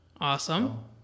Awesome